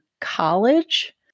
college